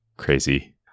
crazy